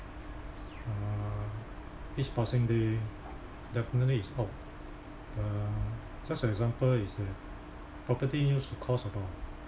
uh each passing day definitely is off uh just as an example is that property used to cost about